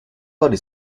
body